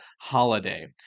holiday